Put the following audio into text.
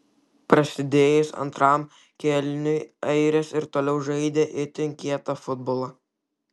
prasidėjus antram kėliniui airės ir toliau žaidė itin kietą futbolą